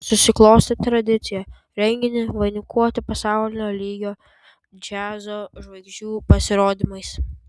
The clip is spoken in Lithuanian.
susiklostė tradicija renginį vainikuoti pasaulinio lygio džiazo žvaigždžių pasirodymais